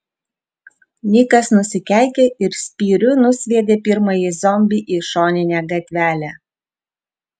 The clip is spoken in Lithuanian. nikas nusikeikė ir spyriu nusviedė pirmąjį zombį į šoninę gatvelę